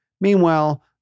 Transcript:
Meanwhile